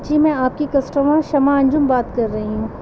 جی میں آپ کی کسٹمر شمع انجم بات کر رہی ہوں